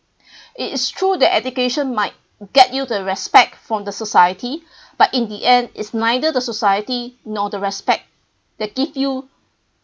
it is true that education might get you the respect from the society but in the end is neither the society nor the respect that give you